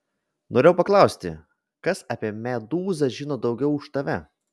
norėjau paklausti kas apie medūzą žino daugiau už tave